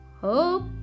Hope